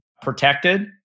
protected